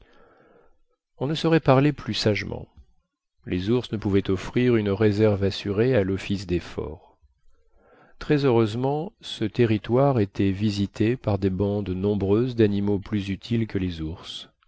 on ne saurait parler plus sagement les ours ne pouvaient offrir une réserve assurée à l'office des forts très heureusement ce territoire était visité par des bandes nombreuses d'animaux plus utiles que les ours